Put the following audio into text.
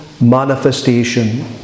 manifestation